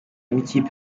n’ikipe